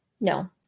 No